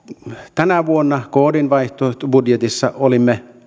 tänä vuonna kdn vaihtoehtobudjetissa olimme